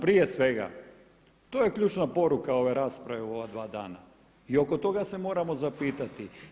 Prije svega, to je ključna poruka ove rasprave u ova dva dana i oko toga se moramo zapitati.